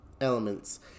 elements